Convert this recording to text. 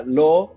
law